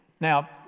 Now